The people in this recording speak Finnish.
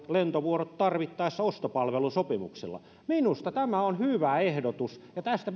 lentovuorot tarvittaessa ostopalvelusopimuksella minusta tämä on hyvä ehdotus ja tästä